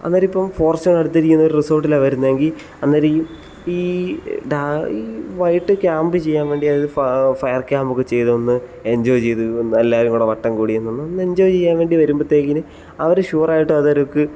അവരിപ്പം ഫോറെസ്റ്റ് എടുത്തിരിക്കുന്ന ഒരു റിസോർട്ടിലാണ് വരുന്നതെങ്കിൽ അന്നേരം ഈ ഡാ ഈ വൈകിട്ട് ക്യാമ്പ് ചെയ്യാൻ വേണ്ടി ഫ ഫയർ ക്യാമ്പ് ഒക്കെ ചെയ്തൊന്ന് എൻജോയ് ചെയ്ത് എല്ലാവരും കൂടെ വട്ടം കൂടി നിന്ന് ഒന്ന് എൻജോയ് ചെയ്യാൻ വേണ്ടി വരുമ്പത്തേക്കിന് അവർ ഷുവർ ആയിട്ട് അതവർക്ക്